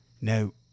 no